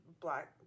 black